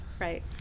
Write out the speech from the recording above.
Right